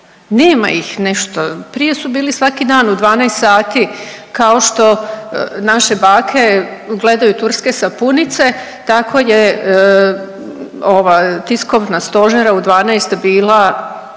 Nema ih nešto. Prije su bili svaki dan u 12,00 sati kao što naše bake gledaju turske sapunice tako je ova tiskovna stožerna u 12,00 bila